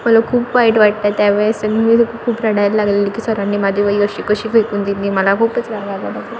मला खूप वाईट वाटतं त्या वेळेस आणि मग मी खूप रडायला लागले की सरांनी माझी वही अशी कशी फेकून दिली मला खूपच राग आला होता